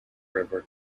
river